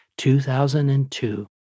2002